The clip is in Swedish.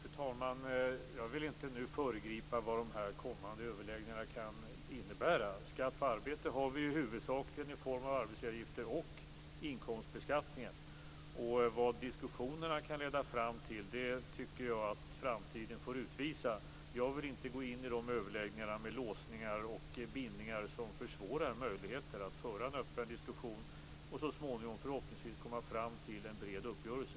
Fru talman! Jag vill inte föregripa vad de kommande överläggningarna kan komma att innebära. Skatt på arbete har vi ju huvudsakligen i form av arbetsgivaravgifter och inkomstbeskattning. Vad diskussionerna kan leda fram till tycker jag att framtiden får utvisa. Jag vill inte gå in i de överläggningarna med låsningar och bindningar som försvårar möjligheten att föra en öppen diskussion som förhoppningsvis skall leda till en bred uppgörelse.